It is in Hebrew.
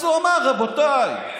אז הוא אמר: רבותיי, רגע,